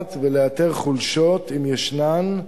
המוצעת ולאתר חולשות, אם ישנן,